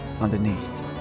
underneath